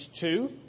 two